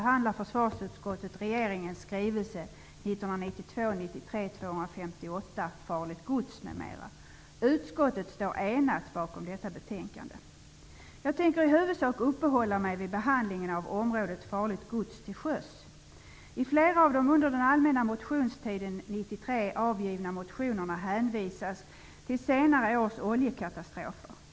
Herr talman! I betänkandet 1993/94:FöU1 Jag tänker i huvudsak uppehålla mig vid behandlingen av området som gäller farligt gods till sjöss. I flera av de under den allmänna motionstiden år 1993 avgivna motionerna hänvisas till senare års oljekatastrofer.